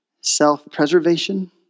Self-preservation